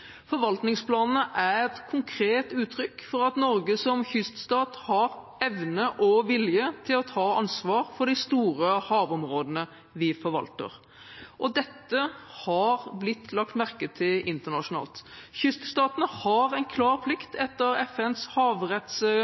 Forvaltningsplanene er et konkret uttrykk for at Norge som kyststat har evne og vilje til å ta ansvar for de store havområdene vi forvalter, og dette har blitt lagt merke til internasjonalt. Kyststatene har en klar plikt etter FNs